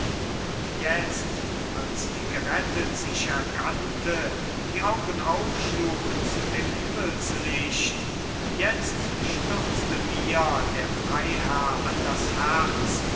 und jetzt als sie gerettet sich erkannte die augen aufschlug zu dem himmelslicht jetzt stürzte mir der freiherr an das herz